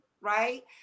right